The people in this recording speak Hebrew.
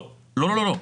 לא, לא.